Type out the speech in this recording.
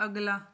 ਅਗਲਾ